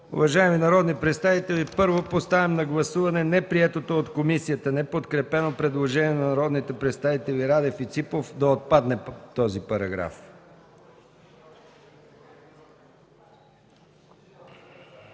Уважаеми народни представители, първо поставям на гласуване неприетото от комисията, неподкрепено предложение на народните представители Радев и Ципов, да отпадне този параграф.